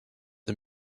the